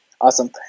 Awesome